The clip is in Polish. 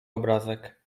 obrazek